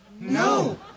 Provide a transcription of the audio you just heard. No